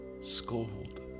scold